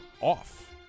off